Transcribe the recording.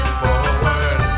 forward